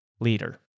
leader